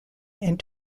and